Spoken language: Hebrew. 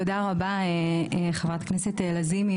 תודה רבה חברת הכנסת לזימי,